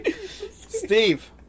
Steve